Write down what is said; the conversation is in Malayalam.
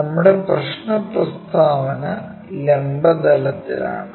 നമ്മുടെ പ്രശ്ന പ്രസ്താവന ലംബ തലത്തിലാണ്